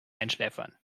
einschläfern